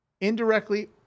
indirectly